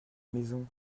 maison